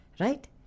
Right